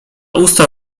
usta